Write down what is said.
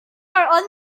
are